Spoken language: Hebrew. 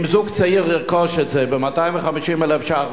אם זוג צעיר ירכוש את זה ב-250,000 שקלים,